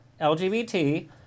LGBT